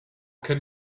can